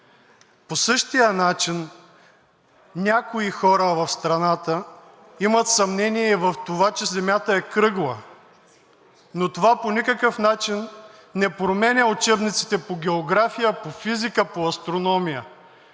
По същия начин някои хора в страната имат съмнение в това, че земята е кръгла, но това по никакъв начин не променя учебниците по география, по физика, по астрономия,